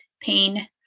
pain